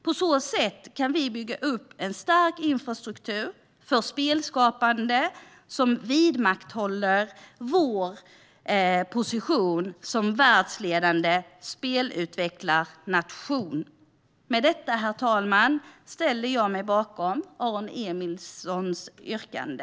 På så sätt kan vi bygga upp en stark infrastruktur för spelskapande som vidmakthåller vår position som världsledande spelutvecklarnation. Med detta, herr talman, ställer jag mig bakom Aron Emilssons yrkande.